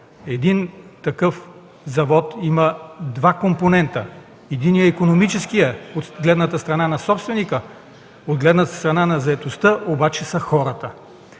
Такъв завод има два компонента: единият е икономическият, от гледната страна на собственика; от гледната страна на заетостта обаче са хората.